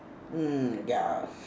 mm yeah